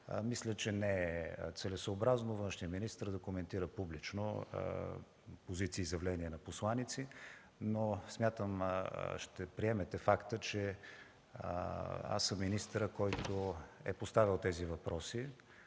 мисля, че не е целесъобразно външният министър да коментира публично позиции и изявления на посланици. Смятам, ще приемете факта, че аз съм министърът, който е поставял тези въпроси